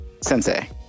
Sensei